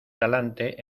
talante